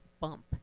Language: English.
bump